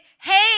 hey